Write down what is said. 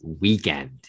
weekend